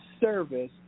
service